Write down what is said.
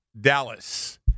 Dallas